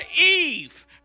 Eve